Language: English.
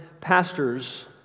pastors